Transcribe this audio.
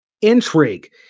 intrigue